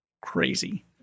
Crazy